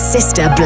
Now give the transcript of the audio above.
Sister